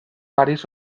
paris